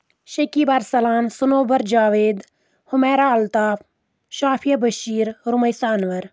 شقیٖبرسلان Sanobar Javed Humaira Altaf Shafia Bashir Rumaisa Anwar